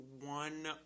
one